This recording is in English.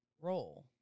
role